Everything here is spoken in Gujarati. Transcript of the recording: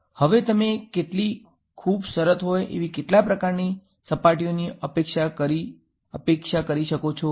હવે તમે કેટલી ખૂબ સરળ હોય એવી કેટલા પ્રકારની સપાટીઓની અપેક્ષા રીતે કરી શકો છો